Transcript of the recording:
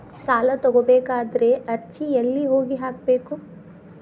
ಸಾಲ ತಗೋಬೇಕಾದ್ರೆ ಅರ್ಜಿ ಎಲ್ಲಿ ಹೋಗಿ ಹಾಕಬೇಕು?